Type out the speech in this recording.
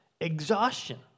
exhaustion